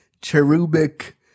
cherubic